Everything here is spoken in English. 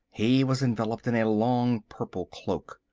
he was enveloped in a long purple cloak.